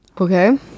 Okay